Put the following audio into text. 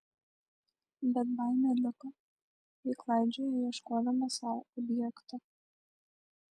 bet baimė liko ji klaidžioja ieškodama sau objekto